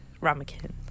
ramekin